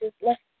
left